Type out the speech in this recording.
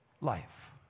life